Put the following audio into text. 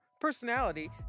personality